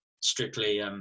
strictly